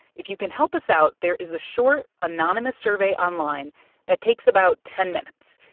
if you can help us out, there is a short, anonymous survey online that takes about ten minutes.